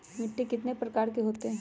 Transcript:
मिट्टी कितने प्रकार के होते हैं?